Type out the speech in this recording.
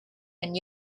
and